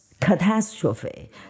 catastrophe